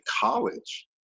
college